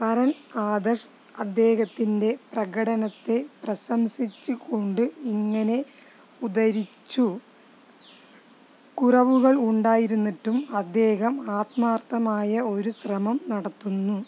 തരൺ ആദർശ് അദ്ദേഹത്തിൻ്റെ പ്രകടനത്തെ പ്രശംസിച്ചുകൊണ്ട് ഇങ്ങനെ ഉദ്ധരിച്ചു കുറവുകൾ ഉണ്ടായിരുന്നിട്ടും അദ്ദേഹം ആത്മാർത്ഥമായ ഒരു ശ്രമം നടത്തുന്നു